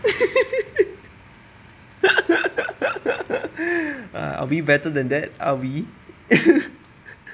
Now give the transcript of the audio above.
are we better than that are we